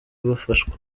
bafashwa